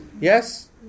Yes